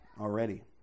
already